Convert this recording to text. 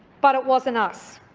but it wasn't us.